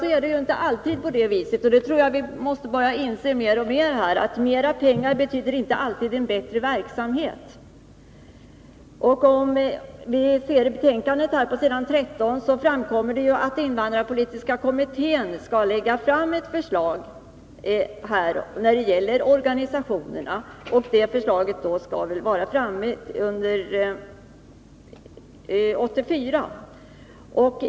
Sedan tror jag att vi mer och mer måste börja inse att mera pengar inte alltid betyder en bättre verksamhet. På s. 13 i betänkandet framgår det att invandrarpolitiska kommittén skall lägga fram ett förslag när det gäller organisationerna. Det förslaget beräknas komma under 1984.